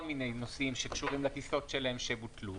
מיני נושאים שקשורים לטיסות שלהם שבוטלו.